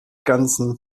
ganzen